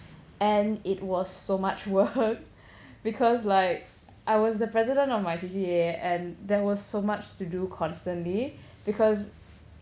and it was so much work because like I was the president of my C_C_A and there was so much to do constantly because